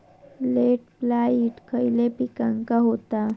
Late blight खयले पिकांका होता?